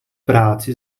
práci